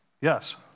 Yes